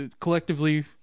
collectively